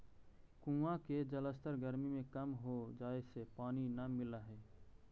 कुआँ के जलस्तर गरमी में कम हो जाए से पानी न मिलऽ हई